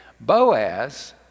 Boaz